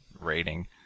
rating